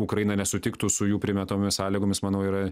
ukraina nesutiktų su jų primetamomis sąlygomis manau yra